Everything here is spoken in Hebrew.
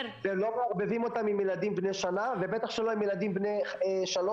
לא מערבבים אותם עם ילדים בני שנה ובטח לא עם ילדים בני שלוש,